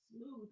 smooth